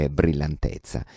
brillantezza